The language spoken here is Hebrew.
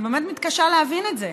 אני באמת מתקשה להבין את זה.